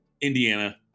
Indiana